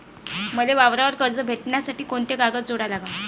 मले वावरावर कर्ज भेटासाठी कोंते कागद जोडा लागन?